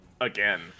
Again